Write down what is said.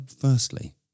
firstly